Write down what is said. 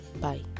bye